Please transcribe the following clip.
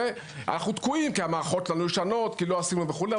ואנחנו תקועים כי המערכות מיושנות כי לא עשינו וכולי.